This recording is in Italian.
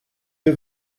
the